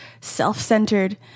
self-centered